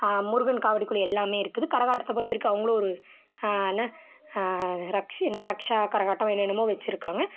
முருகன் காவடி குழு எல்லாமே இருக்குது கரகாட்டத்தை பொறுத்த வரைக்கும் அவங்களும் ஒரு என்ன ரக்ஸி என்ன ரக்ஸா கரகாட்டம் என்னென்னமோ வச்சிருக்காங்க